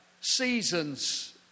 seasons